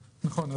נכון.